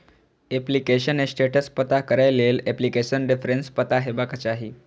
application status पता करै लेल एप्लीकेशन रेफरेंस पता हेबाक चाही